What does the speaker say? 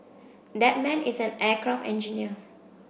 that man is an aircraft engineer